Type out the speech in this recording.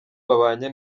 babanye